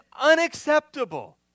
unacceptable